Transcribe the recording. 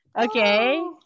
Okay